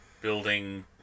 building